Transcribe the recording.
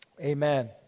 Amen